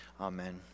Amen